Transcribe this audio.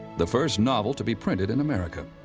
the first novel to be printed in america,